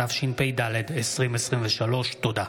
התשפ"ד 2023. תודה.